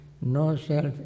no-self